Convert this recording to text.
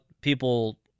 people